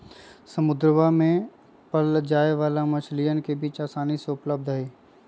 समुद्रवा में पाल्ल जाये वाला मछलीयन के बीज आसानी से उपलब्ध हई